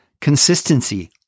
Consistency